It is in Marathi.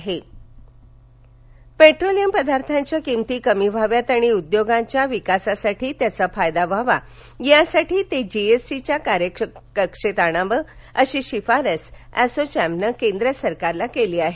असोचेम् पेट्रोलियम पदार्थांच्या किमती कमी व्हाव्यात आणि उद्योगाच्या विकासासाठी त्याचा फायदा व्हावा यासाठी ते जीएसटीच्या कार्यकक्षेत आणावेत अशी शिफारस असोचेमने केंद्र सरकारला केली आहे